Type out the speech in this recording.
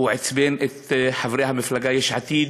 הוא עצבן את חברי מפלגת יש עתיד,